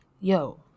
Yo